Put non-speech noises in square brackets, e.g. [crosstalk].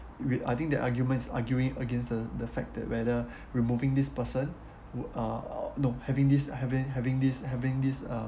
eh wait I think that argument is arguing against the the fact [breath] whether removing this person who uh no having this having having this having this uh